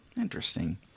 Interesting